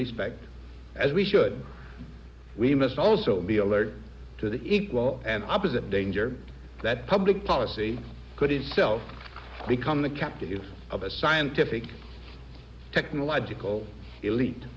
respect as we should we must also be alert to the heat law and opposite danger that public policy could itself become the captive of a scientific technological elite